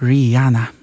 Rihanna